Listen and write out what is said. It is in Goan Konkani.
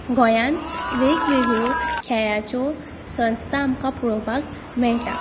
गोंयांत वेग वेगळ्यो खेळाच्यो संस्था आमकां पळोवपाक मेळटा